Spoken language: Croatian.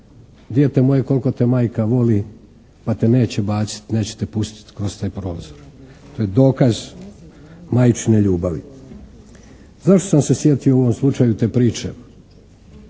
dijete moje koliko te majka voli pa te neće baciti, neće će te pustiti kroz taj prozor. To je dokaz majčine ljubavi. Zašto sam se sjetio u ovom slučaju te priče?